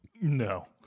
No